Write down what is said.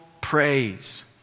praise